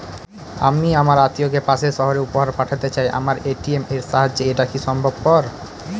আমি আমার আত্মিয়কে পাশের সহরে উপহার পাঠাতে চাই আমার এ.টি.এম এর সাহায্যে এটাকি সম্ভবপর?